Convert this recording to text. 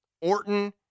Orton